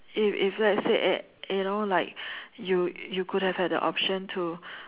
if if let's say at you know like you you could have have an option to